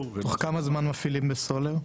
--- תוך כמה זמן מפעילים בסולר?